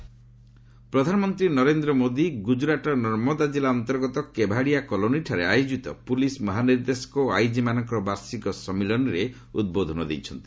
PM Gujarat ପ୍ରଧାନମନ୍ତ୍ରୀ ନରେନ୍ଦ୍ର ମୋଦି ଗୁଜରାଟର ନର୍ମଦା ଜିଲ୍ଲା ଅନ୍ତର୍ଗତ କେଭାଡ଼ିଆ କଲୋନିଠାରେ ଆୟୋଜିତ ପୁଲିସ୍ ମହାନିର୍ଦ୍ଦେଶକ ଓ ଆଇଜିମାନଙ୍କ ବାର୍ଷିକ ସମ୍ମିଳନୀରେ ଉଦ୍ବୋଧନ ଦେଇଛନ୍ତି